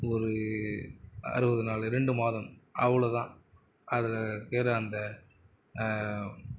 ஒரு அறுபது நாள் ரெண்டு மாதம் அவ்வளோதான் அதில் இருக்கிற அந்த